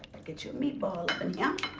get you a meat ball and yeah